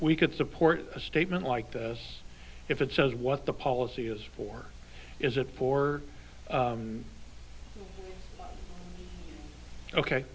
we could support a statement like this if it says what the policy is for is it for ok ok